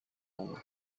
اومد